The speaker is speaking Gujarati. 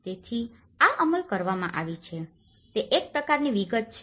તેથી આ અમલ કરવામાં આવી છે તે એક પ્રકારની વિગત છે